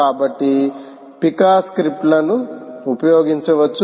కాబట్టి పికా స్క్రిప్ట్లను ఉపయోగించవచ్చు